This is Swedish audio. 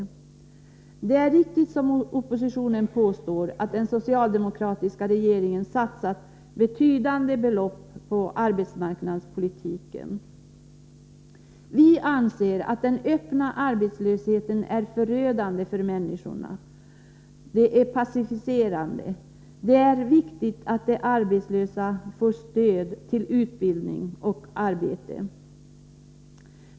Det är riktigt, som oppositionen påstår, att den socialdemokratiska regeringen satsat betydande belopp på arbetsmarknadspolitiken. Vi anser att den öppna arbetslösheten är förödande och passiviserande för människorna. Det är viktigt att de arbetslösa får stöd till utbildning och arbete.